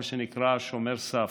מה שנקרא: שומר סף,